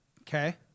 okay